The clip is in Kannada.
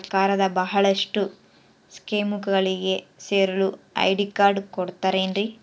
ಸರ್ಕಾರದ ಬಹಳಷ್ಟು ಸ್ಕೇಮುಗಳಿಗೆ ಸೇರಲು ಐ.ಡಿ ಕಾರ್ಡ್ ಕೊಡುತ್ತಾರೇನ್ರಿ?